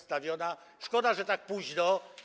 Szkoda, że tak późno.